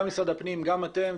גם משרד הפנים וגם אתם,